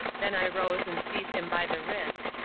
then i rose and seized him by the wrist.